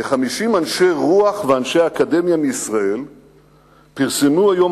כ-50 אנשי רוח ואנשי אקדמיה מישראל פרסמו היום